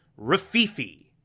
Rafifi